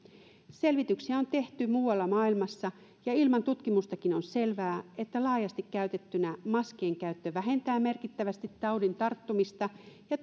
selvityksiä on tehty muualla maailmassa ja ilman tutkimustakin on selvää että laajasti käytettynä maskien käyttö vähentää merkittävästi taudin tarttumista ja